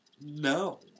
no